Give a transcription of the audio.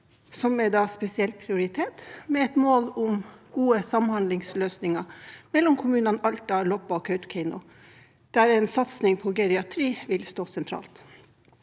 som er spesielt prioritert, med et mål om gode samhandlingsløsninger mellom kommunene Alta, Loppa og Kautokeino, der en satsing på geriatri vil stå sentralt.